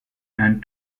and